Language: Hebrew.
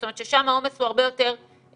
זאת אומרת ששם העומס הוא הרבה יותר גדול.